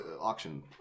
auction